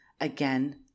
again